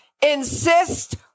Insist